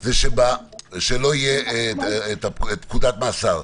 זה שלא יהיה פקודת מאסר.